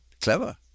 clever